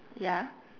ya